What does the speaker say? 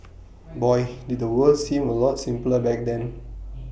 boy did the world seem A lot simpler black then